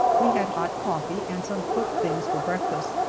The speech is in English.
we had hot coffee and some cooked things for breakfast.